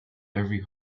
every